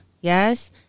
yes